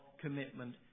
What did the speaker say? commitment